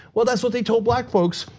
well that's what they told black folks,